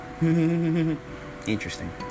Interesting